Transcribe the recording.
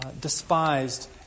despised